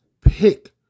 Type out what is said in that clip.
pick